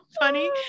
funny